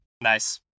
Nice